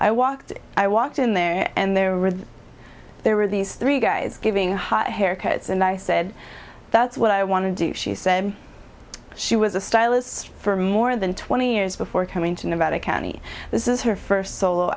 i walked i walked in there and there there were these three guys giving hot haircuts and i said that's what i want to do she said she was a stylist for more than twenty years before coming to nevada county this is her first solo